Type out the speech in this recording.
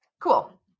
Cool